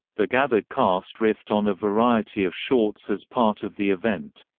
the gathered cast riffed on a variety of shorts as part of the event.